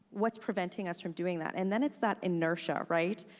what's preventing us from doing that? and then it's that inertia, right?